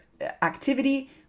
activity